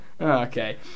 Okay